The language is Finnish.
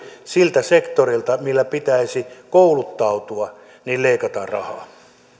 siltä sektorilta mille pitäisi kouluttautua leikataan rahaa